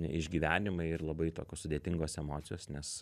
išgyvenimai ir labai tokios sudėtingos emocijos nes